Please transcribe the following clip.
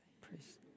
Praise